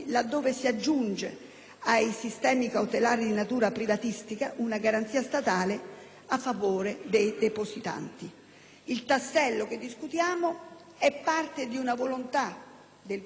ai sistemi cautelari di natura privatistica, una garanzia statale a favore dei depositanti. Il tassello che discutiamo è parte di una volontà del Governo molto chiara,